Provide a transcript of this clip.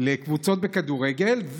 לקבוצות בכדורגל,